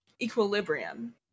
equilibrium